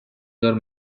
your